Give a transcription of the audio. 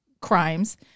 crimes